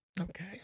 Okay